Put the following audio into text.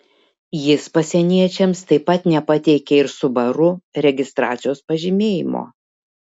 jis pasieniečiams taip pat nepateikė ir subaru registracijos pažymėjimo